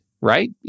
right